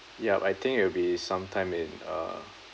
yup I think it'll be some time in uh